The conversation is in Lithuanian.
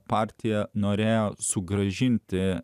partija norėjo sugrąžinti